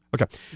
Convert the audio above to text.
okay